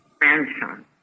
grandson